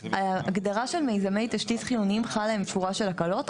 הגדרה של מיזמי תשתית חיוניים חלה עם שורה של הקלות.